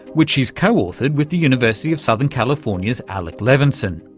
which she's co-authored with the university of southern california's alec levenson.